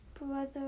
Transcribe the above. brother